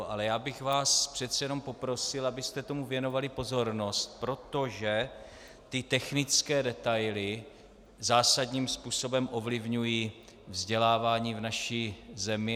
Ale já bych vás přece jenom poprosil, abyste tomu věnovali pozornost, protože ty technické detaily zásadním způsobem ovlivňují vzdělávání v naší zemi.